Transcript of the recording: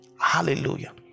hallelujah